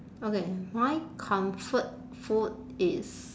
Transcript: okay my comfort food is